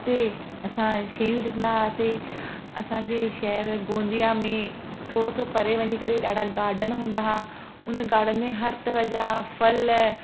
उते असां शयूं ॾिसंदा हुआसीं असांजे शहर गोंदिया में थोरो सो परे वञी करे ॾाढा गार्डन हूंदा हुआ हुन गार्डन में हर तरह जा फ़ल